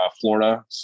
Florida